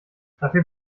dafür